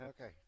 Okay